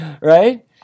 Right